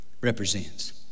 represents